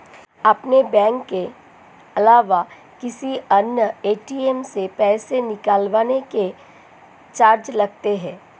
अपने बैंक के अलावा किसी अन्य ए.टी.एम से पैसे निकलवाने के चार्ज लगते हैं